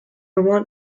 want